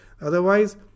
Otherwise